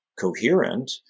coherent